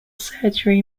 surgery